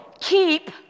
Keep